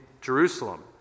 Jerusalem